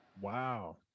Wow